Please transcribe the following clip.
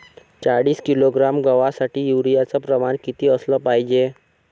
चाळीस किलोग्रॅम गवासाठी यूरिया च प्रमान किती असलं पायजे?